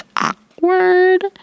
awkward